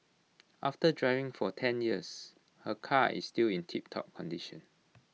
after driving for ten years her car is still in tiptop condition